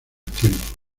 tiempo